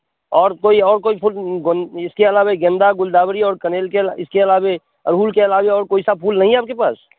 और कोई और कोई फूल इसके अलावा गेंदा गुलदावरी और कनेल क इसके अलावा अड़हुल के अलावा और कोई सा फूल नहीं है आपके पास